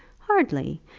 hardly.